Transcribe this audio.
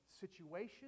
situation